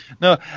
No